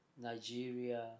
Nigeria